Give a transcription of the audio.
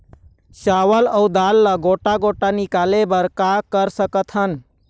चावल अऊ दाल ला गोटा गोटा निकाले बर का कर सकथन?